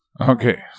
okay